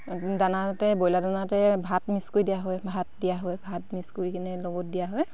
দানাতে broiler দানাতে ভাত mix কৰি দিয়া হয় ভাত দিয়া হয় ভাত মিক্স কৰি কেনে লগত দিয়া হয়